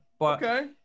Okay